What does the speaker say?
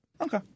Okay